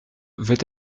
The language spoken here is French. veut